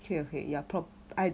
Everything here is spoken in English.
okay okay ya prob~ I